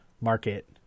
market